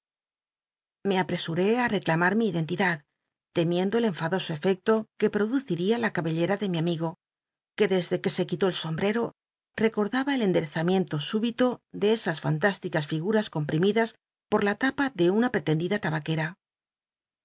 me apresuré ü rccl unar mí iclcnticlad temiendo el enfadoso cfcclo que produciría la cabcllcm de mi amigo que de de cjuc se quitó el ombrct'o recordaba el cndcrczamicnto súbito de esas fanuislícas flguras comptimidas por la lapa de una pretendida labaqucra